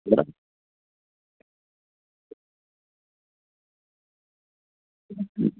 બરાબર